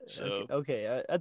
Okay